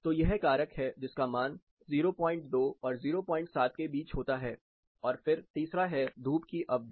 तो यह कारक है जिसका मान 02 और 07 के बीच होता है और फिर तीसरा है धूप की अवधि